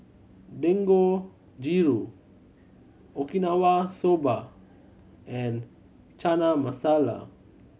Dangojiru Okinawa Soba and Chana Masala